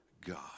God